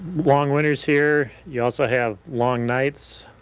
long winters here, you also have long nights.